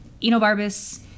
Enobarbus